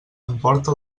emporta